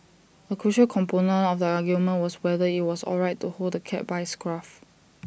A crucial component of the argument was whether IT was alright to hold the cat by its scruff